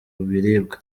biribwa